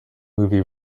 movie